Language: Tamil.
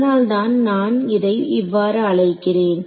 அதனால்தான் நான் இதை இவ்வாறு அழைக்கிறேன்